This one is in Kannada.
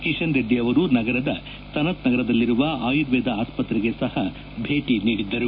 ಕಿಶನ್ ರೆಡ್ಡಿ ಅವರು ನಗರದ ಸನತ್ ನಗರದಲ್ಲಿರುವ ಆಯುರ್ವೇದ ಆಸ್ಪತ್ರೆಗೆ ಸಹ ಭೇಟಿ ನೀಡಿದ್ದರು